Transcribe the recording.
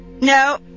No